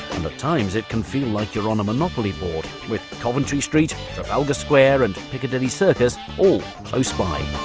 and at times it can feel like you're on a monopoly board, with coventry street, trafalgar square and piccadilly circus all close by.